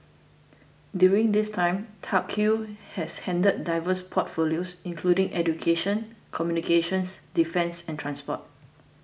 during this time Tuck Yew has handled diverse portfolios including education communications defence and transport